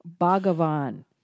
Bhagavan